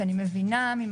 כי אני מבינה,